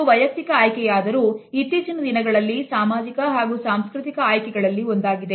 ಇದು ವೈಯಕ್ತಿಕ ಆಯ್ಕೆಯಾದರೂ ಇತ್ತೀಚಿನ ದಿನಗಳಲ್ಲಿ ಸಾಮಾಜಿಕ ಹಾಗೂ ಸಾಂಸ್ಕೃತಿಕ ಆಯ್ಕೆಗಳಲ್ಲಿ ಒಂದಾಗಿದೆ